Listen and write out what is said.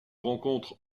rencontre